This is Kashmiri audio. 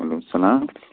وعلیکُم سَلام